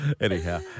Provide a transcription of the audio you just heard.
Anyhow